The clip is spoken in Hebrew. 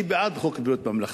אני בעד חוק ביטוח בריאות ממלכתי,